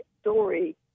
story